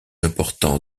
importants